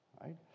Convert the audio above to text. right